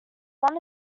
only